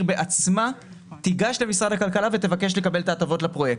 בעצמה תיגש למשרד הכלכלה ותבקש לקבל את ההטבות לפרויקט.